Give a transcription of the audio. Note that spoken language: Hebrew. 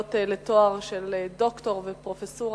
שמגיעות לתואר של דוקטור ופרופסורה,